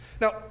Now